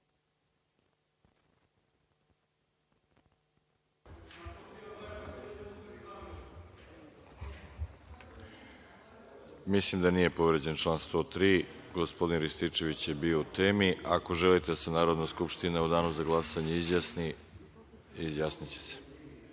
Mislim da nije povređen član 103. Gospodin Rističević je bio u temi. Ako želite da se Narodna skupština u danu za glasanje izjasni o povredi